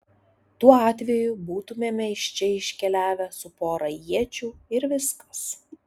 tuo atveju būtumėme iš čia iškeliavę su pora iečių ir viskas